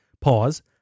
Pause